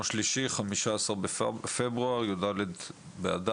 היום יום שלישי, 15 בפברואר י"ד באדר.